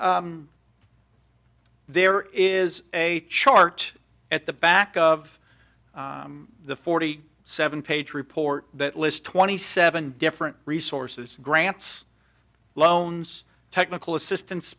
so there is a chart at the back of the forty seven page report that list twenty seven different resources grants loans technical assistance